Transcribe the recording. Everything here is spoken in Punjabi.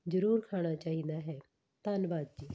ਜ਼ਰੂਰ ਖਾਣਾ ਚਾਹੀਦਾ ਹੈ ਧੰਨਵਾਦ ਜੀ